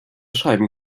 schreiben